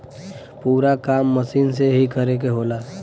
पूरा काम मसीन से ही करे के होला